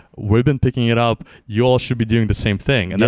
we've been picking it up. you all should be doing the same thing. and yeah